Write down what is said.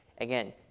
again